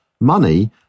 money